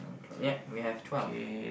ya we have twelve